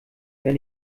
wer